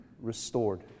restored